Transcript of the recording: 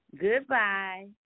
Goodbye